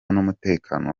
n’umutekano